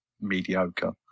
mediocre